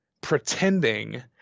pretending